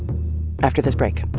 after this break